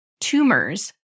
tumors